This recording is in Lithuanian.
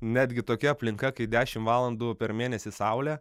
netgi tokia aplinka kai dešimt valandų per mėnesį saulė